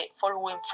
following